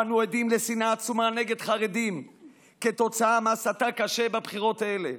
אנו עדים לשנאה עצומה נגד חרדים כתוצאה מהסתה קשה בבחירות האלה.